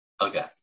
okay